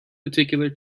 particular